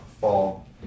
fall